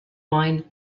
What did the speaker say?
wine